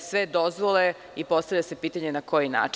sve dozvole i postavlja se pitanje – na koji način?